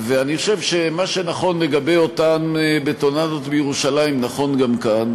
אני חושב שמה שנכון לגבי אותן בטונדות בירושלים נכון גם כאן.